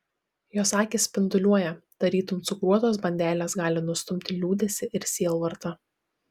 jos akys spinduliuoja tarytum cukruotos bandelės gali nustumti liūdesį ir sielvartą